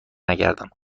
نگردم